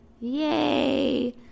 Yay